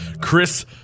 chris